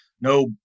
no